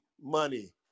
money